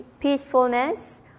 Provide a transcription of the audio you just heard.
peacefulness